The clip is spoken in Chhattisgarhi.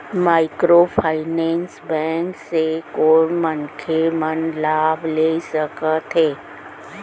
माइक्रोफाइनेंस बैंक से कोन मनखे मन लाभ ले सकथे?